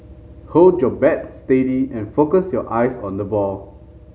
hold your bat steady and focus your eyes on the ball